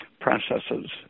processes